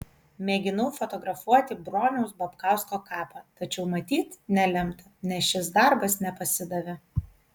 mėginau fotografuoti broniaus babkausko kapą tačiau matyt nelemta nes šis darbas nepasidavė